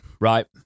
right